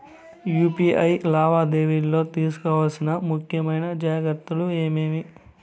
UPI లావాదేవీలలో తీసుకోవాల్సిన ముఖ్యమైన జాగ్రత్తలు ఏమేమీ?